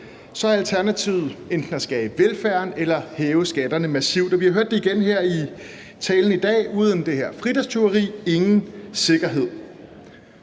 er alternativet enten at skære i velfærden eller at hæve skatterne massivt. Og vi har hørt det igen her i talen i dag: Uden det her fridagstyveri er der ingen sikkerhed.